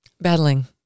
battling